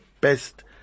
best